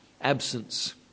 absence